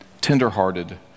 tender-hearted